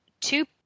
two